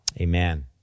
Amen